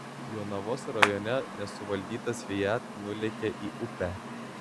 jonavos rajone nesuvaldytas fiat nulėkė į upę